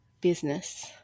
business